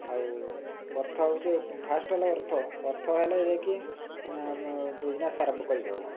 ଆଉ ଅର୍ଥ ହେଉଛି ଫାଷ୍ଟ୍ ହେଲା ଅର୍ଥ ଅର୍ଥ ହେଲେ ଯାଇକି ବିଜିନେସ୍ ଆରମ୍ଭ କରିହେବ